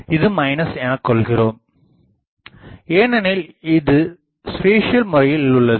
இது எனக்கொள்கிறோம் ஏனெனில் இது ஸிபேசியல் முறையில் உள்ளது